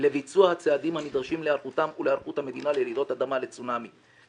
לביצוע הצעדים הנדרשים להיערכותם ולהיערכות המדינה לרעידות אדמה ולצונאמי.